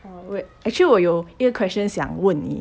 actually 我有一个 question 想问你